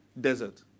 Desert